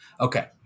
Okay